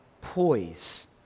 poise